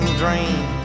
dream